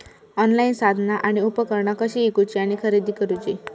Online साधना आणि उपकरणा कशी ईकूची आणि खरेदी करुची?